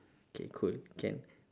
okay cool can